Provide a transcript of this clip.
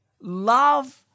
Love